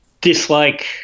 dislike